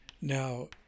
Now